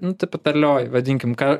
nu tipo terlioji vadinkim ką